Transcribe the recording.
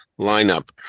lineup